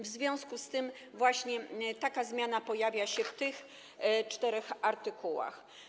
W związku z tym właśnie taka zmiana pojawia się w tych czterech artykułach.